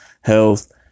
health